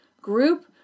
group